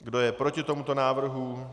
Kdo je proti tomuto návrhu?